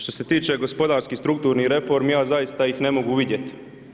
Što se tiče gospodarskih strukturnih reformi, ja zaista ih ne mogu vidjeti.